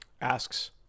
asks